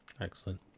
Excellent